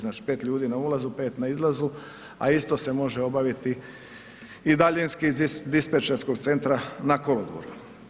Znači 5 ljudi na ulazu, 5 na izlazu, a isto se može obaviti i daljinski iz dispečerskog centra na kolodvoru.